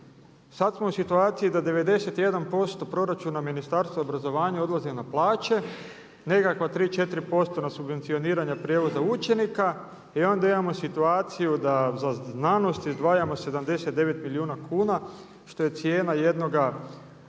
Sada smo u situaciji da 91% proračuna ministarstva obrazovanja odlazi na plaće, nekakva 3, 4% na subvencioniranja prijevoza učenika i onda imamo situaciju da za znanost izdvajamo 79 milijuna kuna što je cijena jednoga